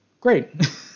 Great